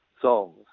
songs